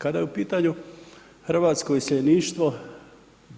Kada je u pitanju hrvatsko iseljeništvo